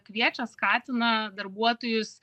kviečia skatina darbuotojus